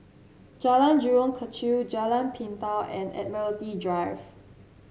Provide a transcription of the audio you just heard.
Jalan Jurong Kechil Jalan Pintau and Admiralty Drive